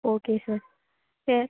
okay sir சரி